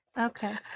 Okay